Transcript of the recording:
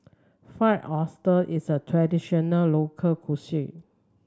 Fried Oyster is a traditional local cuisine